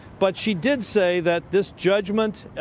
but she did say that this judgment,